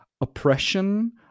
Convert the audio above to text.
oppression